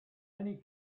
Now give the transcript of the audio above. any